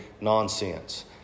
nonsense